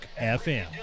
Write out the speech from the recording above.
FM